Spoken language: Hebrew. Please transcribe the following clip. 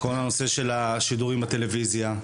את השידורים בטלוויזיה.